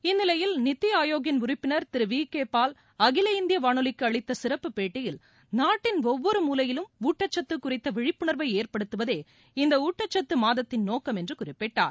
இந்நிலையில் நித்தி ஆயோக்கின் உறுப்பினர் திரு வி கே பால் அகில இந்திய வானொலிக்கு அளித்த சிறப்பு பேட்டியில் நாட்டின் ஒவ்வொரு மூலையிலும் ஊட்டச்சத்து குறித்த விழிப்புணர்வை ஏற்படுத்துவதே இந்த ஊட்டச்சத்து மாதத்தின் நோக்கம் என்று குறிப்பிட்டார்